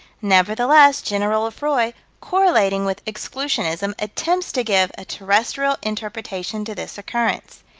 nevertheless, general lefroy, correlating with exclusionism, attempts to give a terrestrial interpretation to this occurrence.